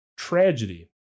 Tragedy